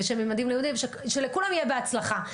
וממדים ללימודים שלכולם יהיה בהצלחה.